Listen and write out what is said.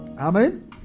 Amen